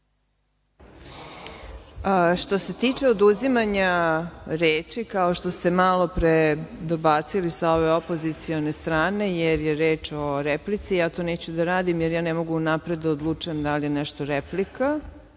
Što se tiče oduzimanja reči, kao što ste malopre dobacili sa ove opozicione strane, jer je reč o replici, ja to neću da radim, jer ja ne mogu unapred da odlučujem da li je nešto replika